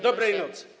Dobrej nocy.